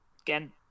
again